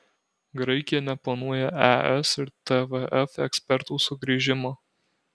graikija neplanuoja es ir tvf ekspertų sugrįžimo